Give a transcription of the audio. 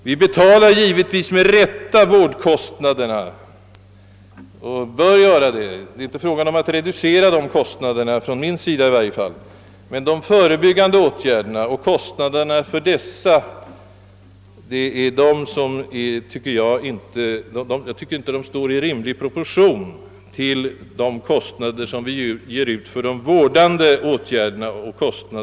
Vi betalar givetvis med rätta vårdkostnaderna och bör fortsätta med det — det är i varje fall inte min avsikt att de skall reduceras — men våra utgifter för de förebyggande åtgärderna står inte i rimlig proportion till vad vi ger ut för de vårdande åtgärderna.